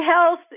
Health